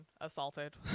assaulted